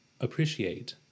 appreciate